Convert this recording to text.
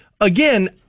Again